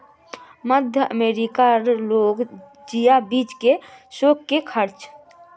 मध्य अमेरिका कार लोग जिया बीज के शौक से खार्चे